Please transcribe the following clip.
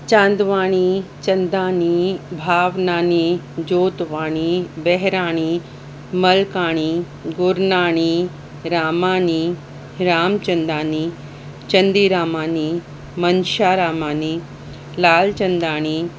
Chandwani Chandani Bhavnani Jotwani Baherani Malkani Gurnani Ramani Ramchandani Chandiramani Mansharamani Lalchandani